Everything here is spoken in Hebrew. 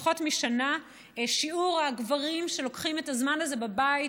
פחות משנה: שיעור הגברים שלוקחים את הזמן הזה בבית,